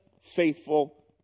faithful